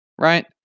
right